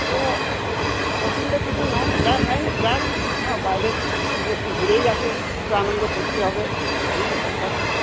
ও অসুবিধা কিছু নাই যা নাই যাক হুম বাইরে একটু ঘুরেই আসুক একটু আনন্দ ফুর্তি হবে হুম সব